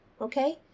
Okay